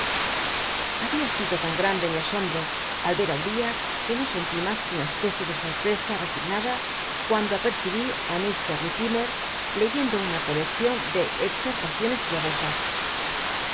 había sido tan grande mi asombro al ycr í uriah que no sentí mas que una especie de sorpresa rcsignada cuando apercibí á ih liltimcr lcycntlo una colcccion de exhorlaciones piadosas